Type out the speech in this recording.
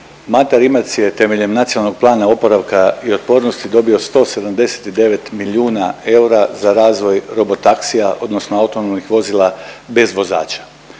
Mate Rimac je temeljem Nacionalnog plana oporavka i otpornosti dobio 179 milijuna eura za razvoj robo taksija, odnosno autonomnih vozila bez vozača.